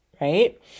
right